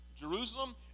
Jerusalem